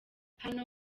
hano